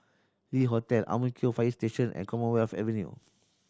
Le Hotel Ang Mo Kio Fire Station and Commonwealth Avenue